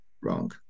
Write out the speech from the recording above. wrong